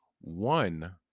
one